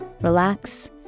relax